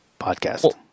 podcast